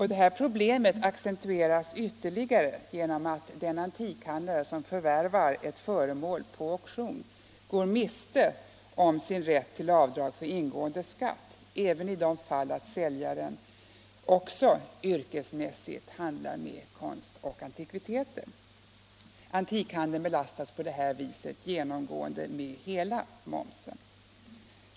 Det här problemet accentueras ytterligare genom att den antikhandlare som förvärvar ett föremål på auktion går miste om sin rätt till avdrag för ingående skatt även i det fall att säljaren också yrkesmässigt handlar med konst och antikviteter. Antikhandeln belastas på detta sätt genomgående med hela momsen.